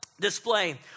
display